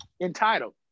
entitled